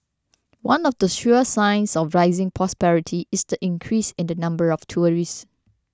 one of the sure signs of rising prosperity is the increase in the number of tourists